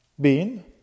bean